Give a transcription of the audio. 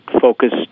focus